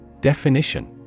Definition